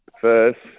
first